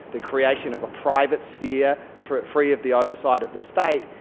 the creation of a private sphere free free of the oversight of the state,